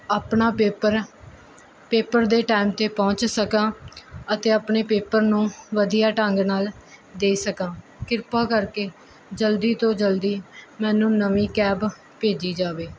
ਆਪਣਾ paper paper ਦੇ time 'ਤੇ ਪਹੁੰਚ ਸਕਾਂ ਅਤੇ ਆਪਣੇ ਪੇਪਰ ਨੂੰ ਵਧੀਆ ਢੰਗ ਨਾਲ ਦੇ ਸਕਾਂ ਕਿਰਪਾ ਕਰਕੇ ਜਲਦੀ ਤੋਂ ਜਲਦੀ ਮੈਨੂੰ ਨਵੀਂ ਕੈਬ ਭੇਜੀ ਜਾਵੇ